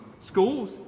Schools